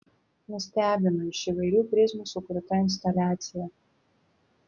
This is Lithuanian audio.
nustebino iš įvairių prizmių sukurta instaliacija